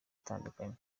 atandukanye